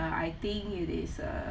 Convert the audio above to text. I think it is a